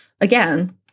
Again